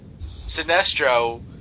Sinestro